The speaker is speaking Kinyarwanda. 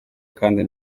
kandi